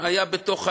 היה בתוך העניין.